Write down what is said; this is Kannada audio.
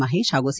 ಮಹೇಶ್ ಹಾಗೂ ಸಿ